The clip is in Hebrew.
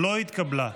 לא התקבלה.